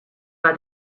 war